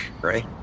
right